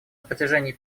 протяжении